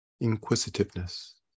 inquisitiveness